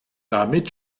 damit